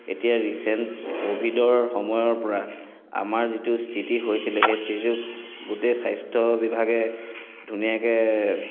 এতিয়া ৰিচেণ্ট কভিডৰ সময়ৰ পৰা আমাৰ যিটো স্থিতি হৈছিলে সেই স্থিতিটো গোটেই স্বাস্থ্য বিভাগে ধুনীয়াকৈ